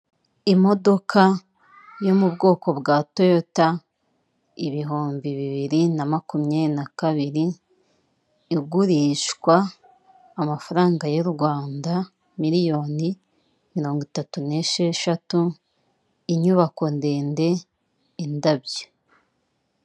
Aba ni abantu benshi bicaye ahantu hamwe barakeye cyane bisa nk'aho bakuze ubitegereje neza, imbere yabo hari meza y'umweru iriho ururabo ndetse n'ibindi bitabo nabashije kumenya ibyo aribyo.